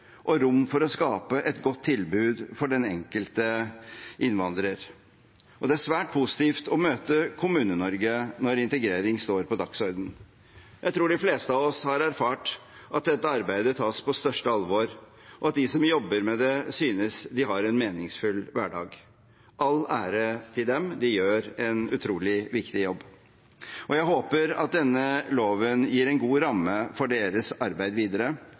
og rom for å skape et godt tilbud for den enkelte innvandrer. Det er svært positivt å møte Kommune-Norge når integrering står på dagsordenen. Jeg tror de fleste av oss har erfart at dette arbeidet tas på største alvor, og at de som jobber med det, synes de har en meningsfull hverdag. Alle ære til dem, de gjør en utrolig viktig jobb. Jeg håper denne loven gir en god ramme for deres arbeid videre,